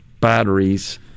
batteries